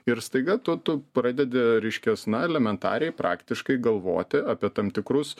ir staiga tu tu pradedi reiškias na elementariai praktiškai galvoti apie tam tikrus